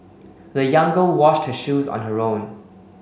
the young girl washed her shoes on her own